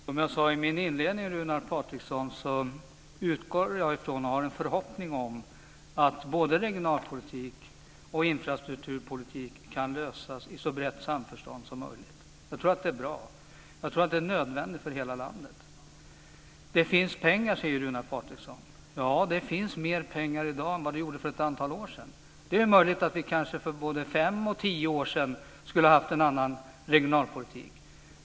Herr talman! Som jag sade i min inledning, Runar Patriksson, utgår jag ifrån och har en förhoppning om att både frågan om regionalpolitik och frågan om infrastrukturpolitik kan lösas i så brett samförstånd som möjligt. Jag tror att det är bra. Jag tror att de är nödvändigt för hela landet. Det finns pengar, säger Runar Patriksson. Ja, det finns mer pengar i dag än vad det gjorde för ett antal år sedan. Det är möjligt att vi både för fem och tio år sedan skulle ha haft en annan regionalpolitik.